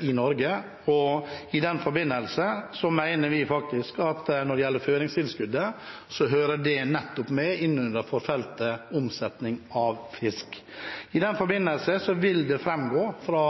i Norge, og vi mener faktisk at føringstilskuddet hører med under feltet omsetning av fisk. I den forbindelse vil det framgå fra